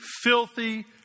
filthy